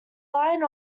line